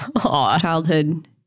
childhood